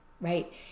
right